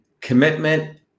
commitment